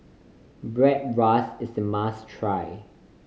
bratwurst is a must try